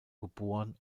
geboren